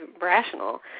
rational